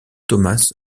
thomas